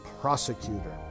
prosecutor